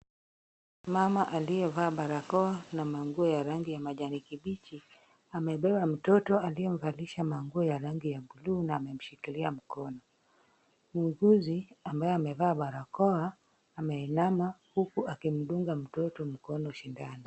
Mama aliyevaa barakoa na manguo ya rangi ya majani kibichi, amebeba mtoto aliyemvalisha manguo ya rangi ya buluu na amemshikilia mkono. Muuguzi ambaye amevaa barakoa ameinama huku akimdunga mtoto mkono sindano.